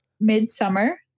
Midsummer